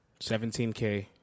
17k